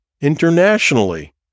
internationally